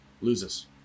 loses